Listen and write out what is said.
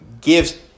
gives